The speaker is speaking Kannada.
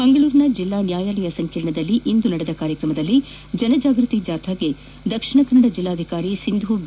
ಮಂಗಳೂರಿನ ಜಿಲ್ಲಾ ನ್ಯಾಯಾಲಯ ಸಂಕೀರ್ಣದಲ್ಲಿ ಇಂದು ಕಾರ್ಯಕ್ರಮದಲ್ಲಿ ಜನಜಾಗೃತಿ ಜಾಥಾಕ್ಷೆ ದಕ್ಷಿಣ ಕನ್ನಡ ಜೆಲ್ಲಾಧಿಕಾರಿ ಸಿಂಧೂ ಬಿ